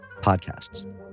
podcasts